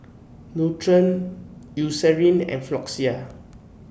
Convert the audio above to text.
Nutren Eucerin and Floxia